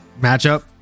matchup